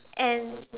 and